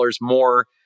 more